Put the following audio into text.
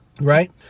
right